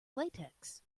latex